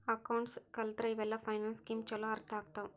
accounts ಕಲತ್ರ ಇವೆಲ್ಲ finance scheme ಚೊಲೋ ಅರ್ಥ ಆಗ್ತವಾ